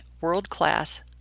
world-class